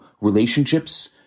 relationships